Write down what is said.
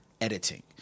editing